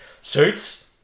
Suits